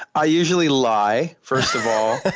i usually lie, first of all,